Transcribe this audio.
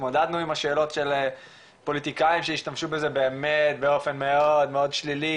התמודדנו עם השאלות של פוליטיקאים שהשתמשו בזה באמת מאוד שלילי,